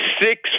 six